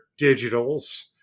Digitals